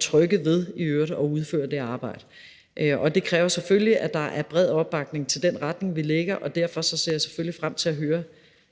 trygge ved at udføre det arbejde. Det kræver selvfølgelig, at der er bred opbakning til den retning, vi lægger, og derfor ser jeg selvfølgelig frem til at høre,